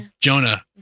Jonah